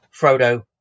Frodo